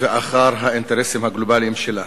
ואחר האינטרסים הגלובליים שלה.